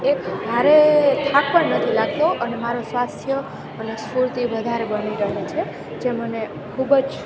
એક હારે થાક પણ જ નથી લાગતો અને મારો સ્વાસ્થ્ય અને સ્ફૂર્તિ વધારે બની રહે છે જે મને ખૂબ જ